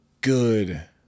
good